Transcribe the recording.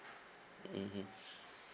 mmhmm